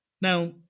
Now